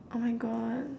oh my God